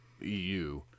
EU